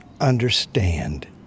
understand